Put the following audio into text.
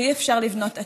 ואי-אפשר לבנות עתיד.